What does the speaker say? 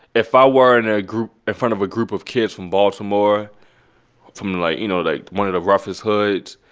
if i were in a group in front of a group of kids from baltimore from, like you know, like, one and of the roughest hoods,